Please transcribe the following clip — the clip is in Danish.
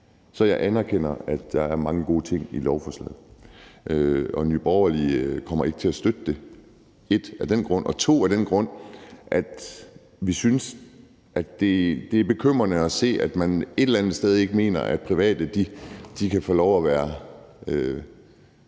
Så jeg anerkender, at der er mange gode ting i lovforslaget, men Nye Borgerlige kommer ikke til at støtte det af den grund, og fordi vi synes, at det er bekymrende at se, at man et eller andet sted ikke mener, at private skal have lov at være